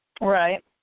Right